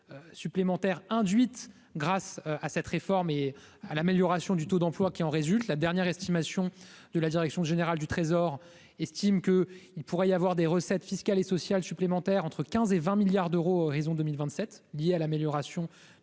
supplémentaires induites grâce à cette réforme et à l'amélioration du taux d'emploi qui en résulte, la dernière estimation de la direction générale du Trésor estime que : il pourrait y avoir des recettes fiscales et sociales supplémentaires entre 15 et 20 milliards d'euros raison 2027 liée à l'amélioration